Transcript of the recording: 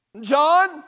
John